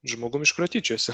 žmogumi iš kurio tyčiojasi